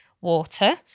water